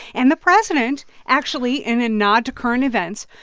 and the president, actually, in a nod to current events,